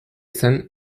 zen